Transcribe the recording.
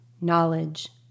knowledge